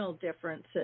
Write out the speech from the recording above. differences